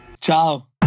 Ciao